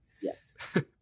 Yes